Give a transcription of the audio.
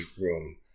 room